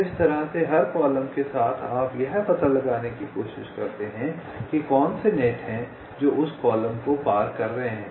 तो इस तरह से हर कॉलम के साथ आप यह पता लगाने की कोशिश करते हैं कि कौन से नेट हैं जो उस कॉलम को पार कर रहे हैं